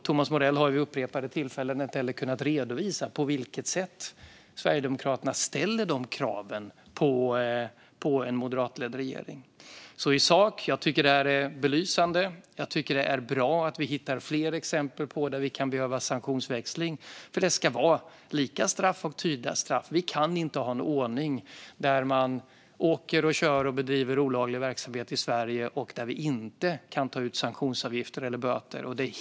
Thomas Morell har vid upprepade tillfällen inte heller kunnat redovisa på vilket sätt Sverigedemokraterna ställer dessa krav på en moderatledd regering. I sak tycker jag att det här är belysande. Jag tycker att det är bra att vi hittar fler exempel på att vi kan behöva sanktionsväxling, för det ska vara lika straff och tydliga straff. Vi kan inte ha en ordning där man åker och kör och bedriver olaglig verksamhet i Sverige och vi inte kan ta ut sanktionsavgifter eller böter.